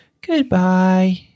Goodbye